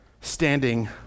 standing